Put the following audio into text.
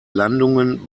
landungen